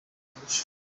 arusha